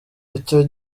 icyo